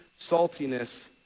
saltiness